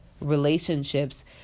relationships